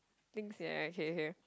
things yeah okay okay